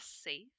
safe